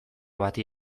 bati